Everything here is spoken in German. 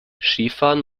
skifahren